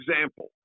example